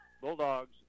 Bulldogs